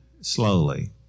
slowly